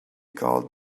called